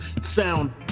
sound